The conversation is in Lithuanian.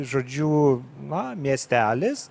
žodžiu na miestelis